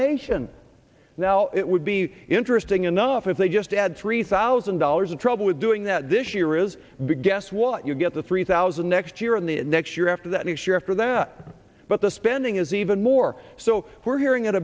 nation now it would be interesting enough if they just add three thousand dollars in trouble with doing that this year is guess what you'll get the three thousand next year and the next year after that next year after that but the spending is even more so we're hearing